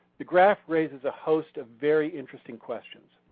the graph raises a host of very interesting questions.